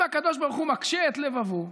אם הקדוש ברוך הוא מקשה את לבבו,